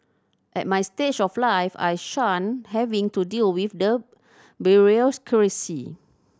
at my stage of life I shun having to deal with the